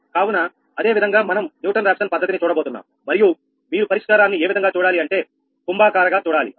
కావున అదే విధంగా మనం న్యూటన్ రాఫ్సన్ పద్ధతిని చూడబోతున్నాం మరియు మీరు పరిష్కారాన్ని ఏ విధంగా చూడాలి అంటే కుంభాకార గా చూడాలి అవునా